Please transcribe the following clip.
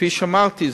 כפי שאמרתי,